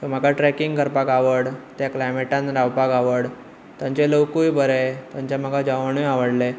so म्हाका trekking करपाक आवड त्या क्लाइमेटान रावपाक आवड थंयचे लोकूय बरें थंयचे म्हाका जेवोणुय आवडले